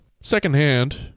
secondhand